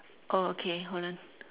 oh okay hold on